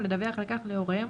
ולדווח על כך להוריהם